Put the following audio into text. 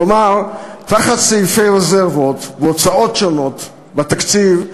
כלומר, תחת סעיפי רזרבות והוצאות שונות בתקציב,